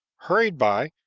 hurried by,